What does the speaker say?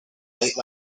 late